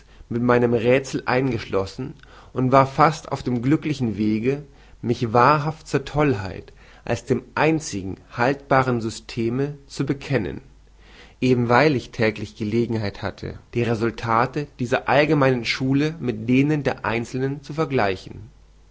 mit meinem rätsel eingeschlossen und war fast auf dem glücklichen wege mich wahrhaft zur tollheit als dem einzigen haltbaren systeme zu bekennen eben weil ich täglich gelegenheit hatte die resultate dieser allgemeinen schule mit denen der einzelnen zu vergleichen